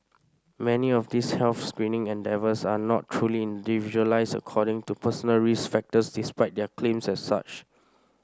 many of these health screening endeavours are not truly individualised according to personal risk factors despite their claims as such